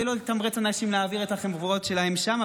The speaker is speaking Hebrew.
לא לתמרץ אנשים להעביר את החברות שלהם לשם,